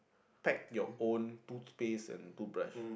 pack your own toothpaste and toothbrush